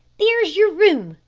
there's your room,